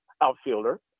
outfielder